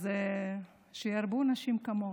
אז שירבו נשים כמוך,